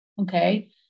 Okay